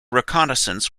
reconnaissance